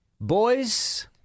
boys